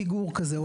פיגור כזה,